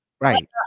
Right